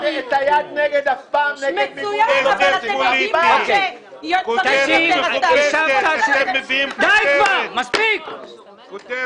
אתם יודעים שצריך יותר, אז תעבירו יותר.